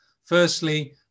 Firstly